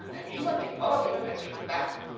and he wanted all of the immigrants were put back.